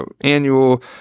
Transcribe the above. annual